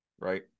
right